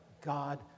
God